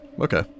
Okay